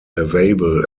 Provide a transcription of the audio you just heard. available